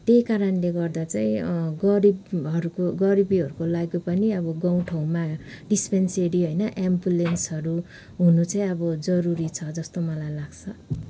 त्यही कारणले गर्दा चाहिँ गरिबहरूको गरिबीहरूको लागि पनि अब गाउँ ठाउँमा डिस्पेन्सरी होइन एम्बुलेन्सहरू हुनु चाहिँ अब जरूरी छ जस्तो मलाई लाग्छ